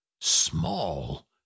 Small